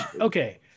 okay